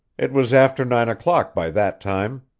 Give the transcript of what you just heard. it was after nine o'clock by that time.